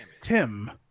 Tim